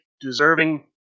deserving